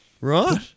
Right